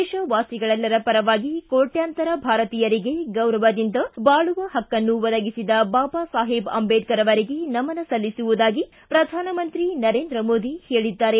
ದೇಶವಾಸಿಗಳೆಲ್ಲರ ಪರವಾಗಿ ಕೋಟ್ಟಂತರ ಭಾರತೀಯರಿಗೆ ಗೌರವದಿಂದ ಬಾಳುವ ಹಕ್ಕನ್ನು ಒದಗಿಸಿದ ಬಾಬಾ ಸಾಹೇಬ ಅಂಬೇಡ್ಕರ್ ಅವರಿಗೆ ನಮನ ಸಲ್ಲಿಸುವುದಾಗಿ ಪ್ರಧಾನಮಂತ್ರಿ ನರೇಂದ್ರ ಮೋದಿ ಹೇಳಿದ್ದಾರೆ